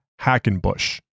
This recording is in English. Hackenbush